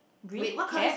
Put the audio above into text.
green cap